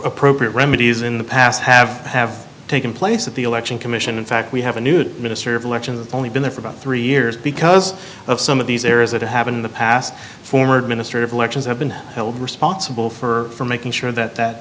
appropriate remedies in the past have have taken place at the election commission in fact we have a new minister of election only been there for about three years because of some of these areas that have been in the past former administrative lurches have been held responsible for making sure that that